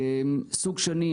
סוג שני,